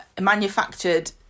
manufactured